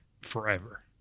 forever